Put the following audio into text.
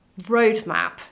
roadmap